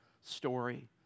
story